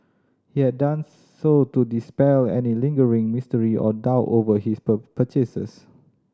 he had done so to dispel any lingering mystery or doubt over his per purchases